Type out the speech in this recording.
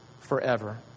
forever